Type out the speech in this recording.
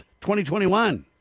2021